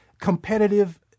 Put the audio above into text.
competitive